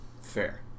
Fair